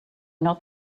not